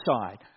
side